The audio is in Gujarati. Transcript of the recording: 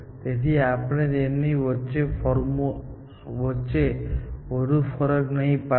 તેથી આપણે તેમની વચ્ચે વધુ ફરક નહીં પાડીએ